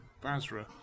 Basra